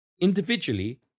individually